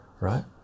right